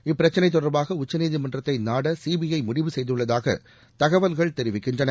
இப்பிரச்சினை தொடர்பாக உச்சநீதிமன்றத்தை நாட சிபிஐ முடிவு செய்துள்ளதாக தகவல்கள் தெரிவிக்கின்றன